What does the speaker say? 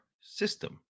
system